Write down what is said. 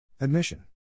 Admission